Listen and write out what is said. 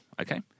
Okay